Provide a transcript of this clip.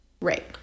Right